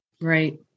Right